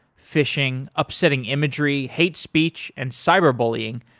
fishing, upsetting imagery, hate speech and cyber bullying,